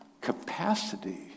capacity